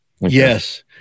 Yes